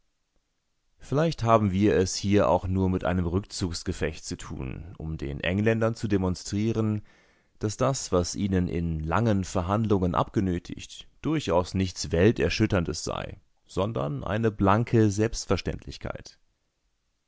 vielleicht haben wir es hier auch nur mit einem rückzugsgefecht zu tun um den engländern zu demonstrieren daß das was ihnen in langen verhandlungen abgenötigt durchaus nichts welterschütterndes sei sondern eine blanke selbstverständlichkeit